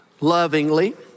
lovingly